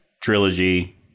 trilogy